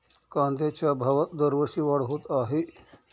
कांद्याच्या भावात दरवर्षी वाढ होत आहे